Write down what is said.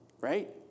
right